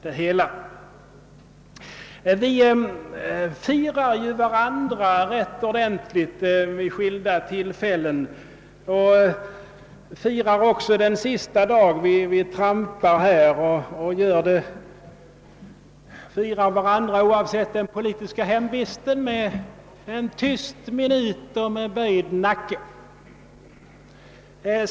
Vi själva firar ju varandra ganska ordentligt vid skilda tillfällen, och vi hedras t.o.m. här efter att ha lämnat detta jordeliv med en tyst minut och böjd nacke oavsett den politiska hem visten.